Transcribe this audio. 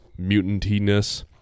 mutantiness